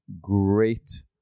great